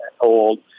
old